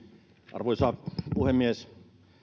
arvoisa puhemies